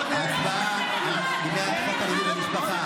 הצבעה על הצעת חוק למניעת אלימות במשפחה